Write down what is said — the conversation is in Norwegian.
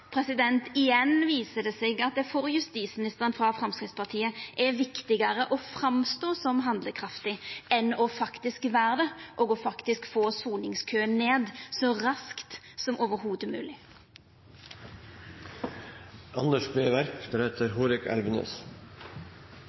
Igjen viser det seg at for justisministeren frå Framstegspartiet er det viktigare å verka handlekraftig enn faktisk å vera det, og faktisk få soningskøen ned så raskt som